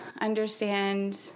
understand